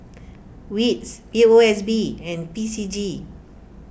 Wits P O S B and P C G